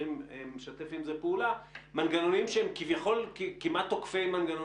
אבל היו רוצים לחפש עבודה אך לא חיפשו בגלל סיבות